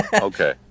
Okay